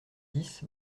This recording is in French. dix